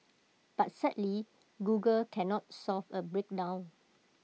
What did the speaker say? but sadly Google cannot solve A breakdown